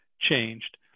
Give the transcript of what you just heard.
changed